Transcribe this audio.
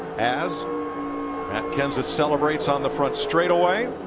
as matt kenseth celebrates on the front straightaway.